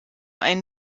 ein